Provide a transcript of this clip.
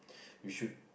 you should